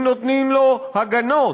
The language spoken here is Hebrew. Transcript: אם נותנים לו הגנות.